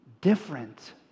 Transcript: different